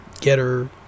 Getter